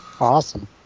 Awesome